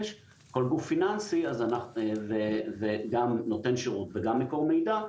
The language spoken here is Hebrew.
וכל גוף פיננסי וגם נותן שירות וגם מקור מידע,